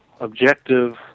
objective